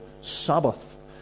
Sabbath